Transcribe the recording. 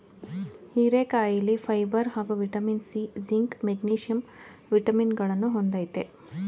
ಹೀರೆಕಾಯಿಲಿ ಫೈಬರ್ ಹಾಗೂ vitamin C, zinc, magnesium ವಿಟಮಿನಗಳನ್ನ ಹೊಂದಯ್ತೆ